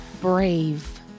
brave